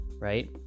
Right